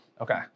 Okay